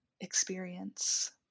experience